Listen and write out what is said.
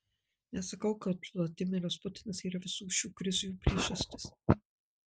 nesakau kad vladimiras putinas yra visų šių krizių priežastis